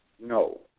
No